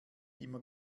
immer